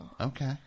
Okay